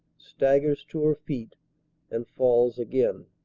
staggers to her feet and falls again.